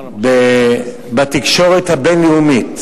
כאשר בתקשורת הבין-לאומית,